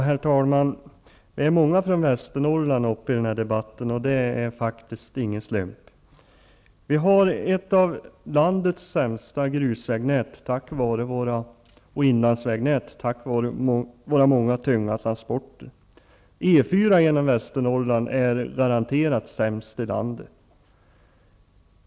Herr talman! Det är många från Västernorrland uppe i denna debatt och det är ingen slump. Vi har ett av landets sämsta grusvägnät och inlandsvägnät på grund av våra många tunga transporter. E 4 genom Västernorrland är den garanterat sämsta delen i landet.